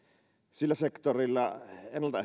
sillä sektorillahan ennalta